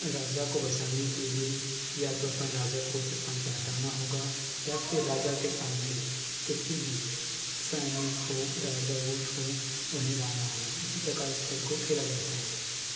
राजा को बचाने के लिए या तो फिर राजा को उस स्थान से हटाना होगा या फिर राजा के सामने किसी भी सैनिक हो राजा ऊंट हो उन्हें लाना होगा इसी प्रकार इस खेल को खेला जाता है